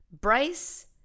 Bryce